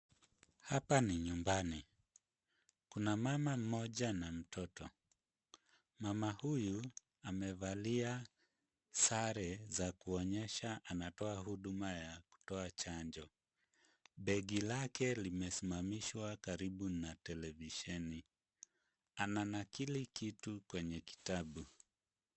Hapa ni nyumbani, kuna mama mmoja na mtoto. Mama huyu amevalia sare za kuonyesha anatoa huduma ya kutoa chanjo. Begi lake limesimamishwa karibu na televisheni, ananakili kitu kwenye kitabu.